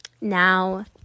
Now